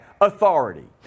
authority